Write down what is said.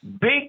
Big